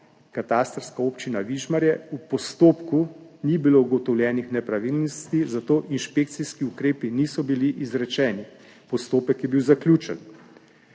katastrska občina Vižmarje v postopku ni bilo ugotovljenih nepravilnosti, zato inšpekcijski ukrepi niso bili izrečeni, postopek je bil zaključen.